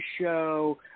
show